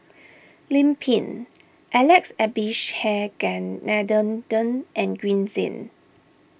Lim Pin Alex Abisheganaden Den and Green Zeng